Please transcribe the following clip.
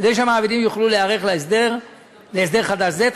כדי שהמעבידים יוכלו להיערך להסדר חדש זה,